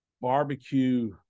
barbecue